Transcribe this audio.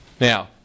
Now